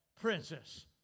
princess